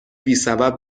بیسبب